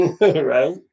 right